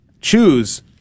choose